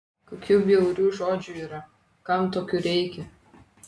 kokių bjaurių žodžių yra kam tokių reikia